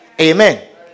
Amen